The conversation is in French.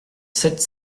sept